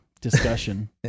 discussion